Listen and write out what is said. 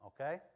Okay